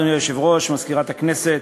אדוני היושב-ראש, מזכירת הכנסת,